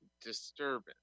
disturbance